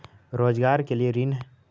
रोजगार के लिए ऋण?